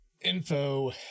Info